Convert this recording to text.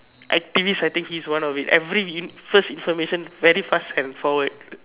activist I think he's one of it every first information very fast can forward